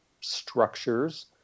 structures